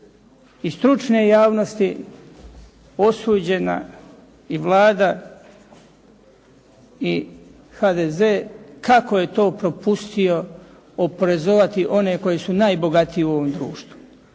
i stručne javnosti osuđena i Vlada i HDZ kako je to propustio oporezovati one koji su najbogatiji u ovom društvu.